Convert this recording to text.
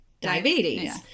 diabetes